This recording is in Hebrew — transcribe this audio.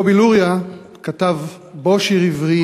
קובי לוריא כתב: "בוא שיר עברי,